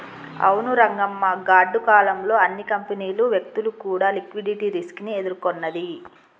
అవును రంగమ్మ గాడ్డు కాలం లో అన్ని కంపెనీలు వ్యక్తులు కూడా లిక్విడిటీ రిస్క్ ని ఎదుర్కొన్నది